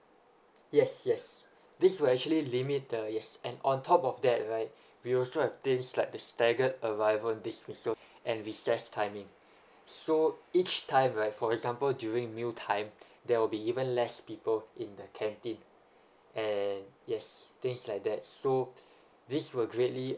yes yes this will actually limit the yes and on top of that right we also have this like the staggered arrival dismissal and recess timing so each time right for example during meal time there will be even less people in the canteen and yes things like that so this would really